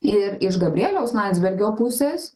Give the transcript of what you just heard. ir iš gabrieliaus landsbergio pusės